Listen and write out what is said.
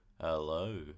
hello